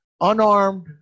unarmed